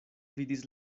vidis